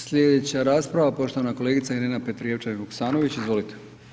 Slijedeća rasprava, poštovana kolegica Irena Petrijevčanin Vuksanović, izvolite.